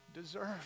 deserve